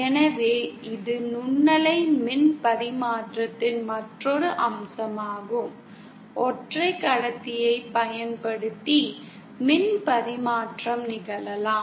எனவே இது நுண்ணலை மின் பரிமாற்றத்தின் மற்றொரு அம்சமாகும் ஒற்றை கடத்தியைப் பயன்படுத்தி மின் பரிமாற்றம் நிகழலாம்